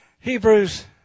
Hebrews